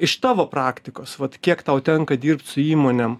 iš tavo praktikos vat kiek tau tenka dirbt su įmonėm